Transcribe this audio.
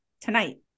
tonight